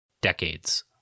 decades